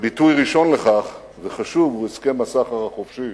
ביטוי ראשון וחשוב לכך הוא הסכם הסחר החופשי